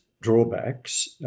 drawbacks